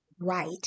right